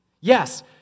Yes